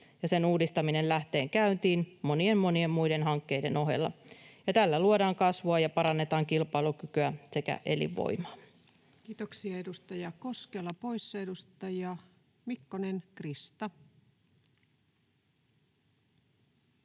sen uudistaminen lähtee käyntiin monien, monien muiden hankkeiden ohella, ja tällä luodaan kasvua ja parannetaan kilpailukykyä sekä elinvoimaa. Kiitoksia. — Edustaja Koskela poissa. — Edustaja Mikkonen, Krista.